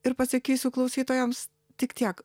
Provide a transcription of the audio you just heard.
ir pasakysiu klausytojams tik tiek